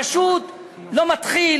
פשוט לא מתחיל,